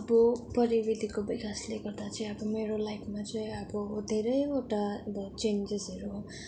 अब प्रविधिको विकासले गर्दा मेरो लाइफमा चाहिँ अब धेरैवटा अब चेन्जेसहरू